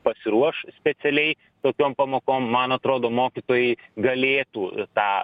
pasiruoš specialiai tokiom pamokom man atrodo mokytojai galėtų tą